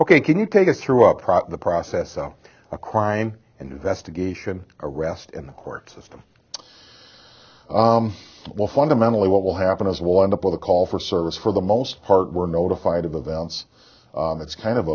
ok can you take us through up the process of a crime investigation arrest in the court system well fundamentally what will happen is will end up with a call for service for the most part we're notified of events it's kind of